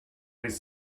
with